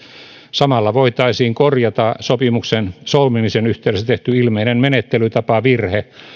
samalla voitaisiin korjata sopimuksen solmimisen yhteydessä tehty ilmeinen menettelytapavirhe